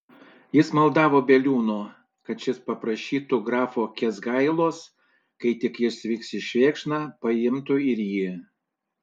jis maldavo bieliūno kad šis paprašytų grafo kęsgailos kai tik jis vyks į švėkšną paimtų ir jį